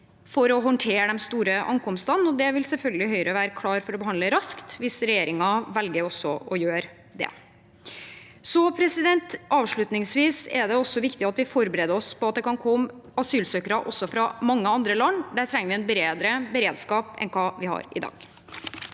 for å håndtere de store ankomstene, og det vil selvfølgelig Høyre være klar for å behandle raskt, hvis regjeringen velger å gjøre det. Avslutningsvis er det viktig at vi forbereder oss på at det kan komme asylsøkere også fra mange andre land. Vi trenger en bedre beredskap for det enn vi har i dag.